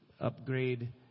upgrade